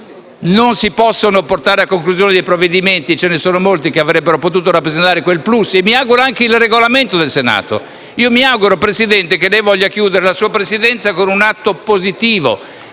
Non si possono portare a conclusione dei provvedimenti, e ce ne sono molti, che avrebbero potuto rappresentare quel *plus*: e faccio questo auspicio anche per il Regolamento del Senato. Io mi auguro, signor Presidente, che lei voglia chiudere la sua Presidenza con un atto positivo,